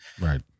right